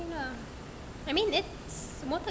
okay lah I mean that's